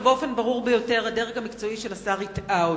אבל באופן ברור ביותר הדרג המקצועי של השר הטעה אותו.